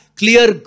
clear